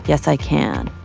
yes i can,